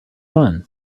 fun